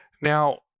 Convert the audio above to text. Now